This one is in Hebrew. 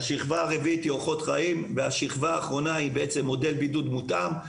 השכבה הרביעית היא אורחות חיים והשכבה האחרונה היא מודל בידוד מותאם.